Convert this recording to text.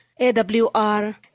AWR